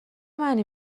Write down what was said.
معنی